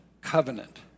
covenant